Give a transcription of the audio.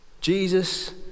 Jesus